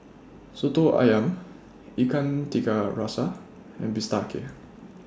Soto Ayam Ikan Tiga Rasa and Bistake